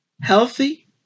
healthy